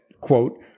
quote